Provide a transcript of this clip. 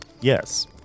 Yes